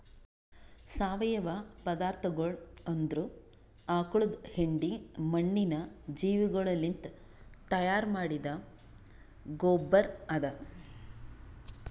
ಸಾವಯವ ಪದಾರ್ಥಗೊಳ್ ಅಂದುರ್ ಆಕುಳದ್ ಹೆಂಡಿ, ಮಣ್ಣಿನ ಜೀವಿಗೊಳಲಿಂತ್ ತೈಯಾರ್ ಮಾಡಿದ್ದ ಗೊಬ್ಬರ್ ಅದಾ